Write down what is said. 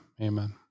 Amen